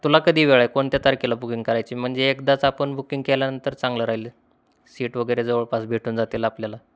तुला कधी वेळ आहे कोणत्या तारखेला बुकिंग करायची म्हणजे एकदाच आपण बुकिंग केल्यानंतर चांगलं राहिलं सीट वगैरे जवळपास भेटून जातील आपल्याला